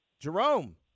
Jerome